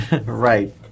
Right